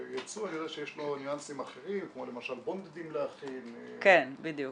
שלייצוא יש ניואנסים אחרים כמו למשל בונדדים להכין וכדומה.